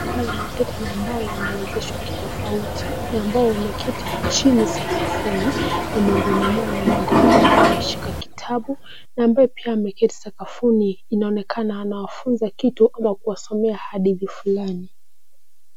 Hawa ni watoto ambao wamewezeshwa kitofauti na ambao wameketi chini sakafuni. Na miongoni mwao ni mwalimu wao ambaye ameshika kitabu na ambaye pia ameketi sakafuni. Inaonekana anawafunza kitu ama kuwasomea hadithi fulani.